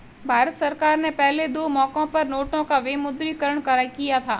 भारत सरकार ने पहले दो मौकों पर नोटों का विमुद्रीकरण किया था